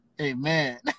Amen